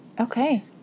Okay